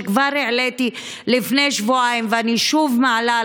שכבר העליתי לפני שבועיים ואני שוב מעלה,